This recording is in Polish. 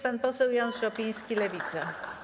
Pan poseł Jan Szopiński, Lewica.